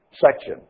section